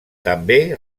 també